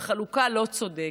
וחלוקה לא צודקת,